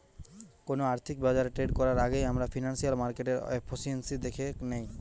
কোনো আর্থিক বাজারে ট্রেড করার আগেই আমরা ফিনান্সিয়াল মার্কেটের এফিসিয়েন্সি দ্যাখে নেয়